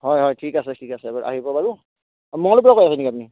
হয় হয় ঠিক আছে ঠিক আছে বাৰু আহিব বাৰু অঁ মঙ্গলদৈৰ পৰা কৈ আছে নেকি আপুনি